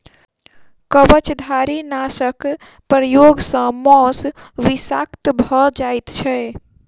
कवचधारीनाशक प्रयोग सॅ मौस विषाक्त भ जाइत छै